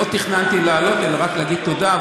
לא תכננתי לעלות אלא רק להגיד תודה,